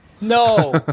No